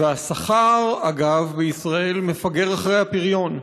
והשכר בישראל, אגב, מפגר אחרי הפריון.